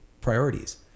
priorities